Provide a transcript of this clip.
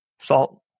salt